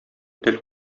тел